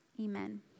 amen